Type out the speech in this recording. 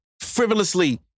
frivolously